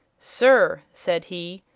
sir, said he,